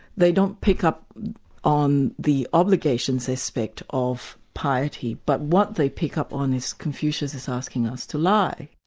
they don't pick up on the obligations aspect of piety, but what they pick up on is confucius is asking us to lie.